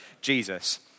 Jesus